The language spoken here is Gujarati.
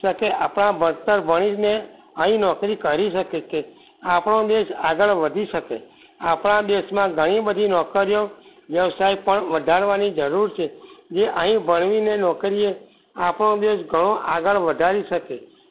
શકે આપણાં ભણતર ભણીને અહીં નોકરી કરી શકે કે આપણો દેશ આગળ વધી શકે આપણા દેશમાં ઘણી બધી નોકરીઓ વ્યવસાય પણ વધારવાની જરૂર છે જે અહીં ભણીને નોકરીએ આપણો દેશ ઘણો આગળ વધારી શકે